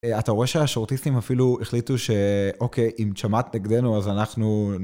אתה רואה שהשורטיסטים אפילו החליטו שאוקיי, אם צ'מאט נגדנו אז אנחנו...